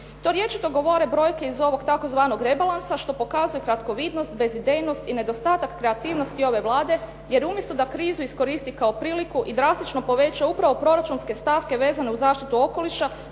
To rječito govore brojke iz ovog tzv. rebalansa što pokazuje kratkovidnost, bezidejnost i nedostatak kreativnosti ove Vlade jer umjesto da krizu iskoristi kao priliku i drastično poveća upravo proračunske stavke vezane uz zaštitu okoliša,